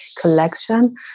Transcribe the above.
collection